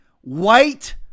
white